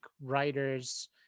writers